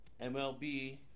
MLB